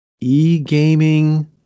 E-gaming –